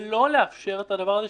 ולא לאפשר את הדבר הזה,